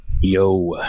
Yo